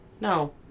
No